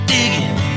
Digging